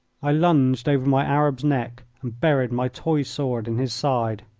i lunged over my arab's neck and buried my toy sword in his side.